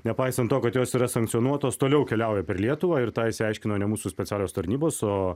nepaisant to kad jos yra sankcionuotos toliau keliauja per lietuvą ir tai išsiaiškino ne mūsų specialios tarnybos o